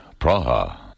Praha